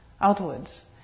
outwards